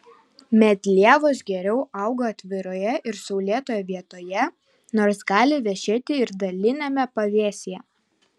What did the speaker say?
medlievos geriau auga atviroje ir saulėtoje vietoje nors gali vešėti ir daliniame pavėsyje